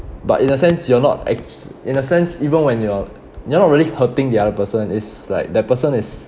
but in a sense you're not ac~ in a sense even when you're you're not really hurting the other person it's like the person is